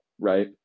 right